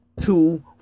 two